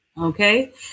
okay